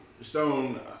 Stone